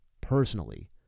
personally